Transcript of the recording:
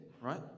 right